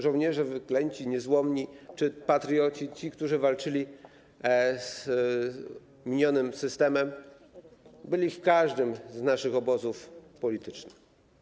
Żołnierze wyklęci, żołnierze niezłomni czy patrioci, ci, którzy walczyli z minionym systemem, byli w każdym z naszych obozów politycznych.